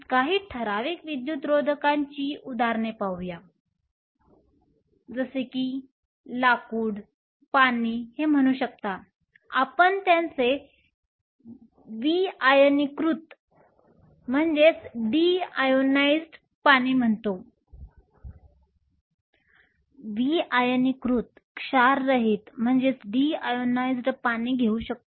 काही ठराविक विद्युतरोधकाची उदाहरणे पाहूया जसे की आपण लाकूड विआयनीकृत क्षाररहित पाणी म्हणू शकता